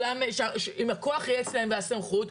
אם הכוח יהיה אצלם והסמכות,